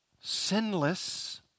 sinless